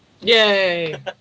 Yay